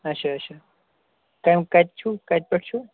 اچھا اچھا تِم کَتہِ چھِو کَتہِ پٮ۪ٹھ چھِو